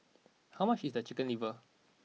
how much is the chicken liver